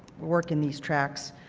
work in these tracks